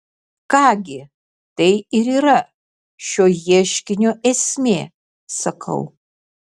ką gi tai ir yra šio ieškinio esmė sakau